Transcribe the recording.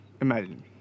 Imagine